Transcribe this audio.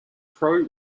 crow